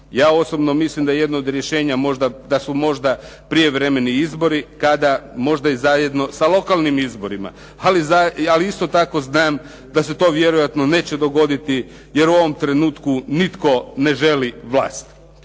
Ja osobno mislim da jedno od rješenja možda da su možda prijevremeni izbori, kada i možda zajedno sa lokalnim izborima, ali isto tako znam da se to vjerojatno neće dogoditi, jer u ovom trenutku nitko ne želi vlast.